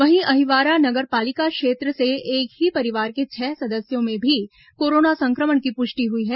वहीं अहिवारा नगर पालिका क्षेत्र से एक ही परिवार के छह सदस्यों में भी कोरोना संक्रमण की पुष्टि हुई है